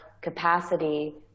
capacity